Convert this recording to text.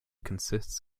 consists